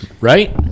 Right